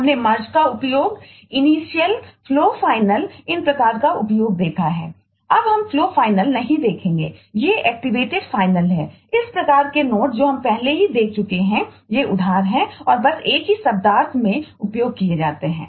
हमने मर्ज जो हम पहले ही देख चुके हैं ये उधार हैं और बस एक ही शब्दार्थ में उपयोग किए जाते हैं